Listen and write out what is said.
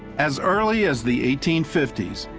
as early as the eighteen fifty s,